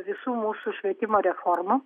visų mūsų švietimo reformų